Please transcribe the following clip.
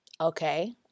Okay